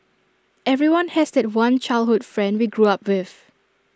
everyone has that one childhood friend we grew up with